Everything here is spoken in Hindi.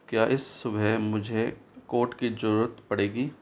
क्या इस सुबह मुझे कोट की जरूरत पड़ेगी